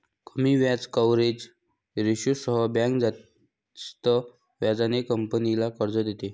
कमी व्याज कव्हरेज रेशोसह बँक जास्त व्याजाने कंपनीला कर्ज देते